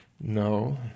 No